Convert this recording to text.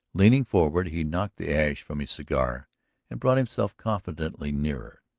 leaning forward he knocked the ash from his cigar and brought himself confidentially nearer.